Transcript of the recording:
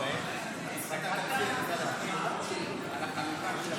לסעיף 06 בדבר הפחתת תקציב לא נתקבלו.